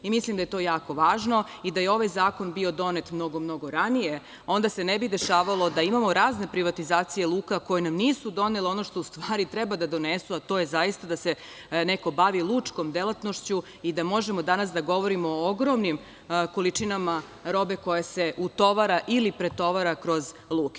Mislim da je to jako važno i da je ovaj zakon bio donet mnogo, mnogo ranije, onda se ne bi dešavalo da imamo razne privatizacije luka koje nam nisu donele ono što u stvari treba da donesu, a to je zaista da se neko bavi lučkom delatnošću i da možemo danas da govorimo o ogromnim količinama robe koja se utovara ili pretovara kroz luke.